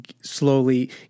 slowly